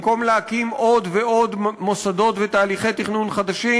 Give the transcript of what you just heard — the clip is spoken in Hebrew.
במקום להקים עוד ועוד מוסדות ותהליכי תכנון חדשים,